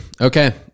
Okay